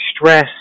stress